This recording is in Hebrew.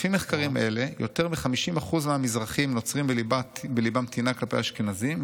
"לפי מחקרים אלה יותר מ-50% מהמזרחים נוצרים בליבם טינה כלפי אשכנזים,